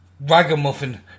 ragamuffin